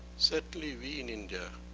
certainly, we in india,